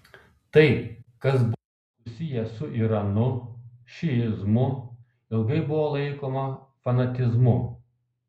tai kas buvo susiję su iranu šiizmu ilgai buvo laikoma fanatizmu